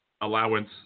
allowance